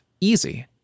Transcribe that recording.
easy